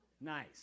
Nice